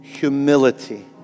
Humility